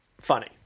funny